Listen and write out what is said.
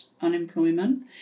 unemployment